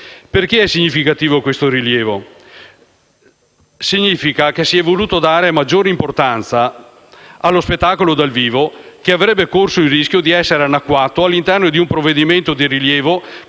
E ciò è significativo perché dimostra che si è voluto dare maggiore importanza allo spettacolo dal vivo, che avrebbe corso il rischio di essere annacquato all'interno di un provvedimento di rilievo